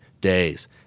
days